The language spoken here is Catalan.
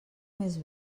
més